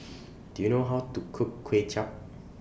Do YOU know How to Cook Kuay Chap